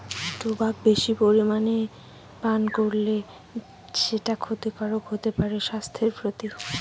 tobacco বেশি পরিমানে পান করলে সেটা ক্ষতিকারক হতে পারে স্বাস্থ্যের প্রতি